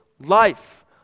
life